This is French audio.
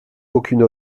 aucune